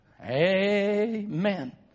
Amen